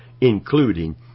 including